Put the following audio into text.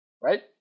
right